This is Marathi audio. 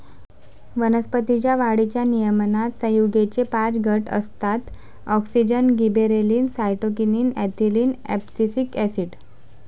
वनस्पतीं च्या वाढीच्या नियमनात संयुगेचे पाच गट असतातः auxin, gibberellin, cytokinin, ethylene, abscisic acid